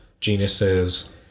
genuses